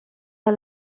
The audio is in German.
war